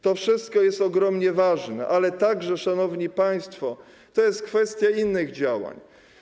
To wszystko jest ogromnie ważne, ale także, szanowni państwo, to jest kwestia innych działań.